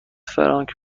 فرانک